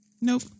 Nope